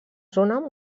zona